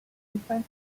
different